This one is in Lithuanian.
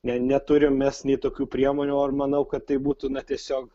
ne neturim mes nei tokių priemonių ar manau kad tai būtų na tiesiog